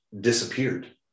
disappeared